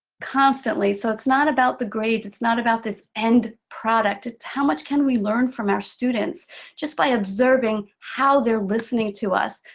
constantly. so it's not about the grades. it's not about this end product. it's how much can we learn from our students just by observing how they're listening to us.